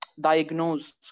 diagnose